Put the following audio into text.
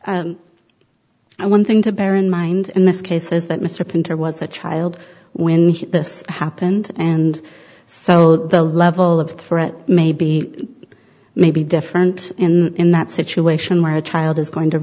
i one thing to bear in mind in this case is that mr painter was a child when this happened and so the level of threat may be maybe different in that situation where a child is going to